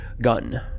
gun